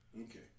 Okay